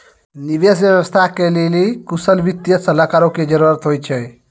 निवेश व्यवस्था के लेली कुशल वित्तीय सलाहकारो के जरुरत होय छै